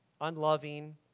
unloving